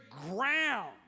ground